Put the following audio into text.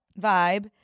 vibe